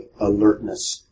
alertness